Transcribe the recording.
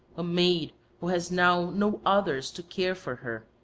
a maid who has now no others to care for her,